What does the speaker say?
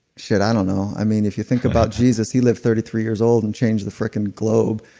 shit i don't know. i mean if you think about jesus, he lives thirty three years old and changed the frickin' globe.